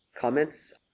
comments